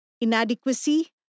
Inadequacy